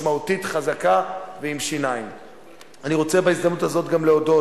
קיבלנו החלטה משמעותית וחשובה על ביקורת